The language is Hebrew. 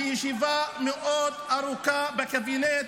ישיבה מאוד ארוכה בקבינט.